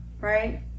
right